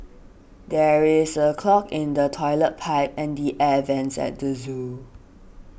there is a clog in the Toilet Pipe and the Air Vents at the zoo